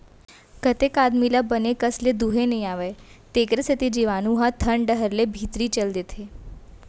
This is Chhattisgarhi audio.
कतेक आदमी ल बने कस ले दुहे नइ आवय तेकरे सेती जीवाणु ह थन डहर ले भीतरी चल देथे